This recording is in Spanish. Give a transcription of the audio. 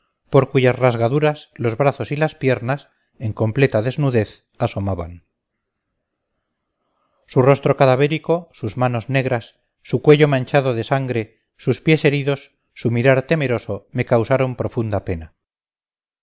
por cuyas rasgaduras los brazos y las piernas en completa desnudez asomaban su rostro cadavérico sus manos negras su cuello manchado de sangre sus pies heridos su mirar temeroso me causaron profunda pena